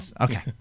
okay